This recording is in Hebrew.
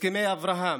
הסכמי אברהם,